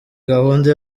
gahunda